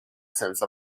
sense